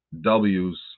W's